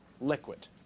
liquid